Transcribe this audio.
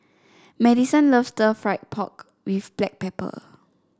Madyson loves Stir Fried Pork with Black Pepper